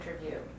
interview